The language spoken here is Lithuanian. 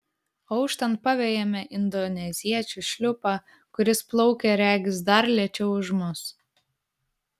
auštant pavejame indoneziečių šliupą kuris plaukia regis dar lėčiau už mus